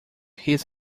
his